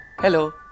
Hello